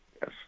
Yes